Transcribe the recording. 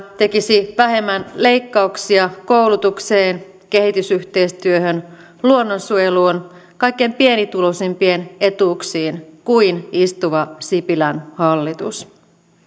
tekisi vähemmän leikkauksia koulutukseen kehitysyhteistyöhön luonnonsuojeluun kaikkein pienituloisimpien etuuksiin kuin istuva sipilän hallitus